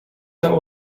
lał